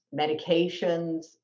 medications